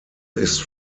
ist